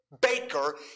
baker